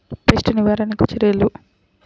Pest నివారణకు చర్యలు?